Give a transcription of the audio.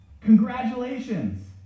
Congratulations